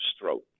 throat